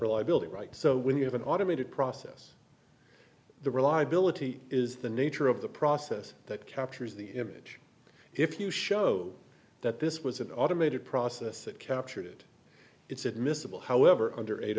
reliability right so when you have an automated process the reliability is the nature of the process that captures the image if you showed that this was an automated process that captured it it's admissible however under eight